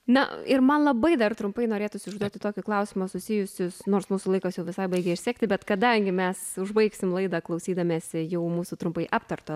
na ir man labai dar trumpai norėtųsi užduoti tokį klausimą susijusį nors mūsų laikas jau visai baigia išsekti bet kadangi mes užbaigsim laidą klausydamiesi jau mūsų trumpai aptarto